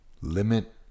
limit